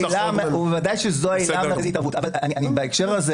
ודאי שזאת העילה המרכזית אבל בהקשר הזה